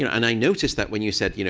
and i noticed that when you said, you know